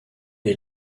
est